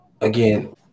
again